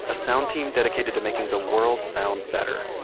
a sound team dedicated to making the world sound better.